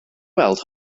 weld